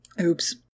oops